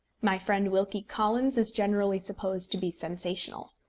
my friend wilkie collins is generally supposed to be sensational.